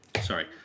Sorry